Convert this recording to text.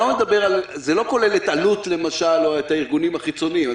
זה לא כולל את אלו"ט למשל או את הארגונים החיצוניים.